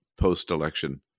post-election